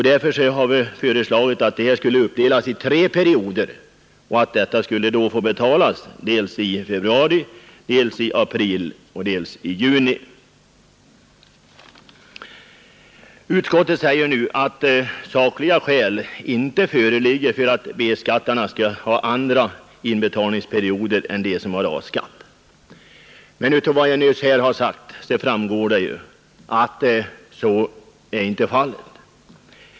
Därför har vi föreslagit att den kvarstående skatten skulle uppdelas på tre perioder och få betalas dels i februari, dels i april, dels i juni. Utskottet säger nu att sakliga skäl inte föreligger för att de som har B-skatt skall ha andra inbetalningsperioder än de som har A-skatt. Men av vad jag nyss sagt framgår ju att så inte är fallet.